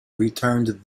returned